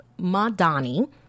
Madani